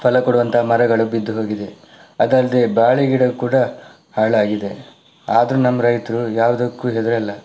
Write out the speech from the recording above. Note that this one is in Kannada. ಫಲ ಕೊಡುವಂಥ ಮರಗಳು ಬಿದ್ದು ಹೋಗಿದೆ ಅದಲ್ಲದೆ ಬಾಳೆ ಗಿಡ ಕೂಡ ಹಾಳಾಗಿದೆ ಆದರೂ ನಮ್ಮ ರೈತರು ಯಾವುದಕ್ಕೂ ಹೆದರಲ್ಲ